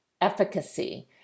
efficacy